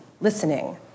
listening